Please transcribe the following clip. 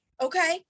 okay